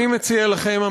אני מציע לכם,